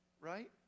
Right